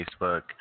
Facebook